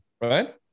right